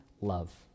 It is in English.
love